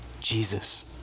Jesus